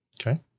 Okay